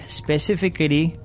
specifically